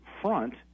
front